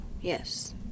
Yes